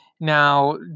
Now